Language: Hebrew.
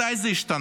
מתי זה השתנה?